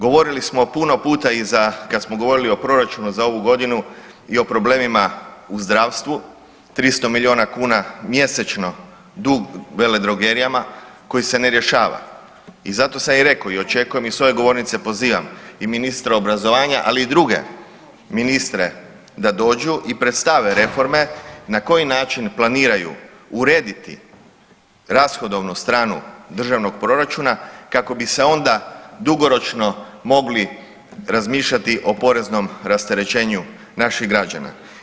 Govorili smo puno puta i za kad smo govorili o proračunu za ovu godinu i o problemima u zdravstvu, 300 milijuna kuna mjesečno dug veledrogerijama koji se ne rješava i zato sam i rekao i očekujem i s ove govornice pozivam i ministra obrazovanja, ali i druge ministre da dođu i predstave reforme na koji način planiraju urediti rashodovnu stranu državnog proračuna kako bi se onda dugoročno mogli razmišljati o poreznom rasterećenju naših građana.